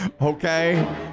Okay